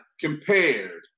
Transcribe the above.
compared